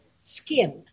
skin